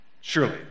surely